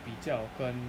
比较跟